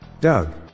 Doug